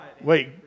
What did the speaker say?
Wait